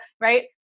right